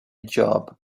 job